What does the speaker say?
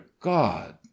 God